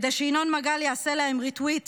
כדי שינון מגל יעשה להם retweet,